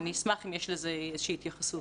אני אשמח אם יש לזה איזושהי התייחסות.